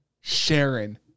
Sharon